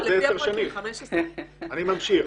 אני ממשיך,